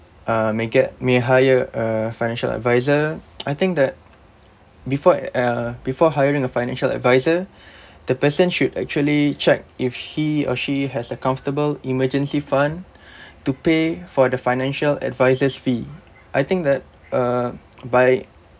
uh may get may hire a financial advisor I think that before uh before hiring a financial advisor the person should actually check if he or she has a comfortable emergency fund to pay for the financial advisor's fee I think that uh by